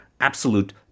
absolute